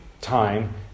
time